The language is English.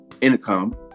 intercom